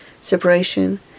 separation